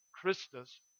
Christus